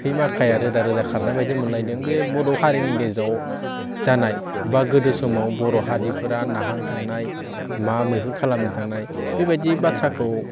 थै माखाया रोदा रोदा खानायबायदि मोनलायदों बेयो बर' हारिनि गेजेराव जानाय बा गोदो समाव बर' हारिफोरा नाहां थांनाय बा मैहुर खालामनो थांनाय बे बायदि बाथ्राखौ